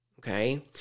okay